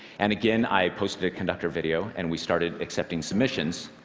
and again, i posted a conductor video, and we started accepting submissions.